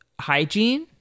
hygiene